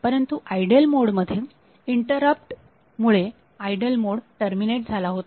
परंतु idle mode मध्ये interrupt मुळे आयडल मोड टर्मिनेट झाला होता